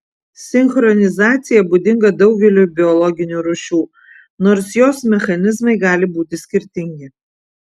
sinchronizacija būdinga daugeliui biologinių rūšių nors jos mechanizmai gali būti skirtingi